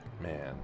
man